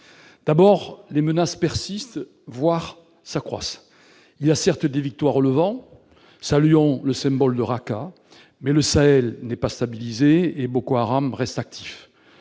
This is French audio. D'abord, les menaces persistent, voire s'accroissent. Il y a certes des victoires au Levant- saluons le symbole de Raqqa -, mais le Sahel n'est pas stabilisé et Boko Haram reste actif.